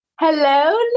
Hello